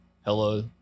Hello